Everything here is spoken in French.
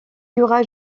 dura